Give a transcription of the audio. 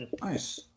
Nice